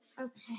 Okay